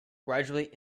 gradually